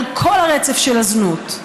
על כל הרצף של הזנות.